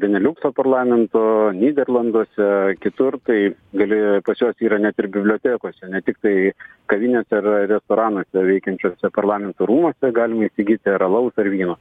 beniliukso parlamento nyderlanduose kitur tai gali pas juos yra net ir bibliotekose ne tiktai kavinėse ar restoranuose veikiančiuose parlamento rūmuose galima įsigyti ir alaus ar vyno